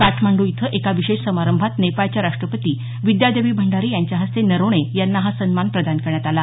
काठमांडू इथं एका विशेष समारंभात नेपाळच्या राष्टपती विद्या देवी भंडारी यांच्या हस्ते नरवणे यांना हा सन्मान प्रदान करण्यात आला